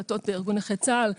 דלתות ארגון נכי צה"ל,